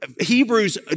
Hebrews